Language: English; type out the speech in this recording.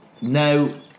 No